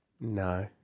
No